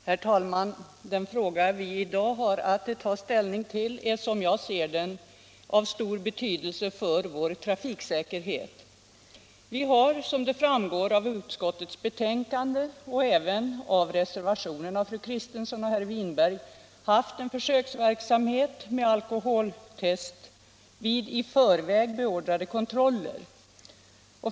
Herr talman! Den fråga vi i dag har att ta ställning till är, som jag ser det, av stor betydelse för vår trafiksäkerhet. Vi har, som framgår av utskottsbetänkandet och även av reservationen av fru Kristensson och herr Winberg, haft en försöksverksamhet med alkoholtest vid i förväg beordrade kontroller.